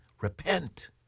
repent